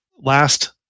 last